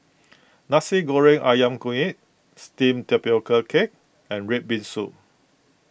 Nasi Goreng Ayam Kunyit Steamed Tapioca Cake and Red Bean Soup